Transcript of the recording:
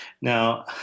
Now